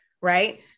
right